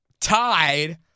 Tied